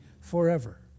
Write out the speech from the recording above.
forever